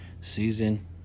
season